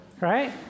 Right